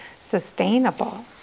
sustainable